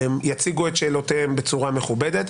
יציגו את שאלותיהם בצורה מכובדת.